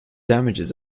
damages